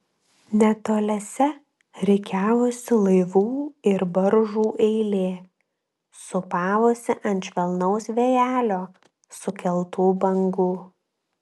netoliese rikiavosi laivų ir baržų eilė sūpavosi ant švelnaus vėjelio sukeltų bangų